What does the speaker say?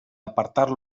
apartar